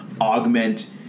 augment